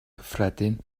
cyffredin